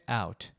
out